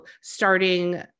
starting